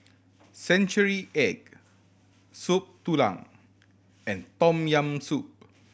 century egg Soup Tulang and Tom Yam Soup